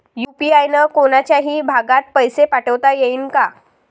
UPI न कोनच्याही भागात पैसे पाठवता येईन का?